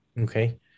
Okay